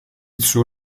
suo